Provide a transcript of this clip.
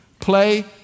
play